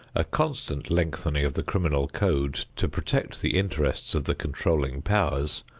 a constant lengthening of the criminal code to protect the interests of the controlling powers,